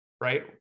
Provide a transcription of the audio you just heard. right